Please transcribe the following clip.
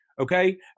okay